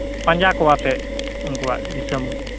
ᱯᱟᱸᱡᱟ ᱠᱚᱣᱟᱯᱮ ᱩᱱᱠᱩᱣᱟᱜ ᱫᱤᱥᱚᱢ